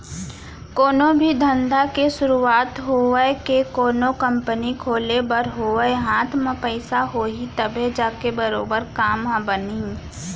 कोनो भी धंधा के सुरूवात होवय के कोनो कंपनी खोले बर होवय हाथ म पइसा होही तभे जाके बरोबर काम ह बनही